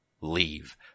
Leave